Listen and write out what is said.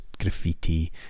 graffiti